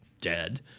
dead